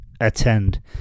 attend